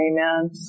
Amen